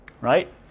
Right